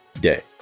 day